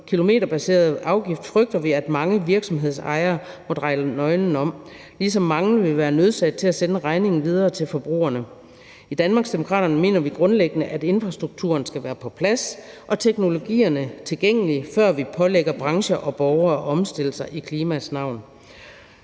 kilometerbaserede afgift frygter vi at mange virksomhedsejere må dreje nøglen om, ligesom mange vil være nødsaget til at sende regningen videre til forbrugerne. I Danmarksdemokraterne mener vi grundlæggende, at infrastrukturen skal være på plads og teknologierne tilgængelige, før vi pålægger branche og borgere at omstille sig i klimaets navn.